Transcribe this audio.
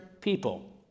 people